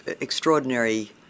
extraordinary